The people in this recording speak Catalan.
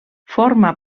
forma